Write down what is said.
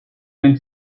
going